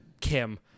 Kim